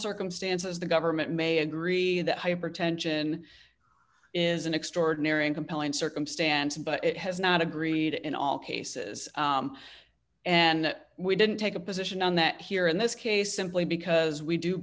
circumstances the government may agree that hypertension is an extraordinary and compelling circumstance but it has not agreed in all cases and we didn't take a position on that here in this case simply because we do